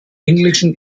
englischen